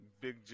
Big